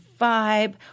vibe